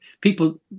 people